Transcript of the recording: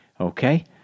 Okay